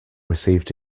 received